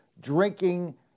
drinking